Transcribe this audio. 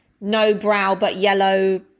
no-brow-but-yellow